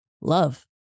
love